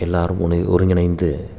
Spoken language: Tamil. எல்லாரும் ஒனு ஒருங்கிணைந்து